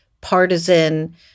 partisan